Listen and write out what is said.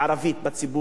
בציבור שלנו,